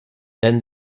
than